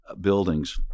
buildings